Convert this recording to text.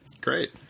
Great